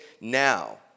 now